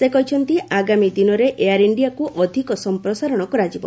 ସେ କହିଛନ୍ତି ଆଗାମୀ ଦିନରେ ଏୟାର ଇଣ୍ଡିଆକୁ ଅଧିକ ସଂପ୍ରସାରଣ କରାଯିବ